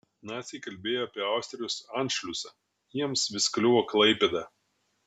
naciai kalbėjo apie austrijos anšliusą jiems vis kliuvo klaipėda